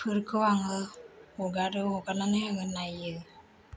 फोरखौ आङो हगारो हगारनानै आङो नायो